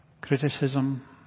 criticism